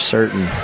Certain